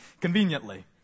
conveniently